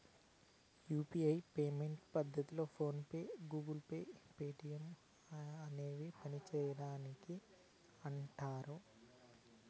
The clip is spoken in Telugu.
యూ.పీ.ఐ పేమెంట్ పద్దతిలో PhonePe, Google Pay, Paytm అనేవి పనిసేస్తిండాయని అంటుడారు